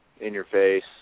in-your-face